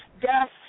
death